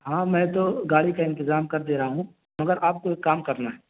ہاں میں تو گاڑی کا انتظام کر دے رہا ہوں مگر آپ کو ایک کام کرنا ہے